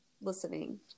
listening